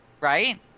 right